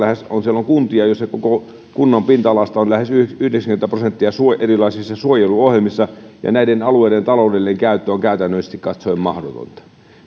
lapissa siellä on kuntia joissa koko kunnan pinta alasta on lähes yhdeksänkymmentä prosenttia erilaisissa suojeluohjelmissa ja näiden alueiden taloudellinen käyttö on käytännöllisesti katsoen mahdotonta